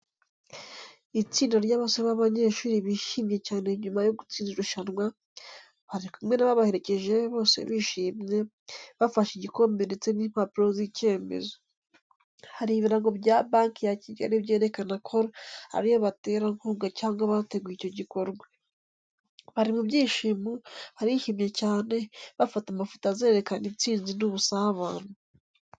Itsinda ry'abasore b'abanyeshuri bishimye cyane nyuma yo gutsinda irushanwa. Bari kumwe n’ababaherekeje, bose bishimye, bafashe igikombe ndetse n’impapuro z’icyemezo. Hari ibirango bya Banki ya Kigali byerekana ko ari yo baterankunga cyangwa abateguye icyo gikorwa. Bari mu byishimo, barishimye cyane, bafata amafoto azerekana intsinzi n’ubusabane.